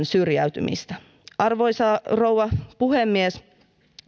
syrjäytymistä arvoisa rouva puhemies